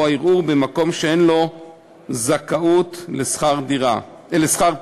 הערעור במקום שאין לו זכאות לשכר טרחה.